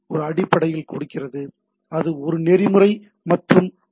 ஒரு அடிப்படையில் கொடுக்கிறது அது ஒரு நெறிமுறை மற்றும் ஆதரவுகள் தருபவை